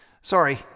Sorry